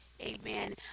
amen